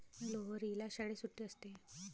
लोहरीला शाळेत सुट्टी असते